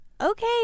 Okay